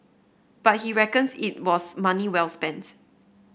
but he reckons it was money well spent